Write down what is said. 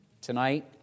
Tonight